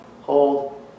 hold